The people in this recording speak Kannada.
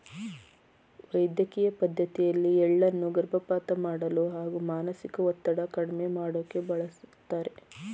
ವೈದ್ಯಕಿಯ ಪದ್ಡತಿಯಲ್ಲಿ ಎಳ್ಳನ್ನು ಗರ್ಭಪಾತ ಮಾಡಲು ಹಾಗೂ ಮಾನಸಿಕ ಒತ್ತಡ ಕಡ್ಮೆ ಮಾಡೋಕೆ ಬಳಸ್ತಾರೆ